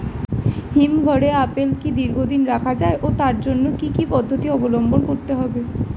হিমঘরে আপেল কি দীর্ঘদিন রাখা যায় ও তার জন্য কি কি পদ্ধতি অবলম্বন করতে হবে?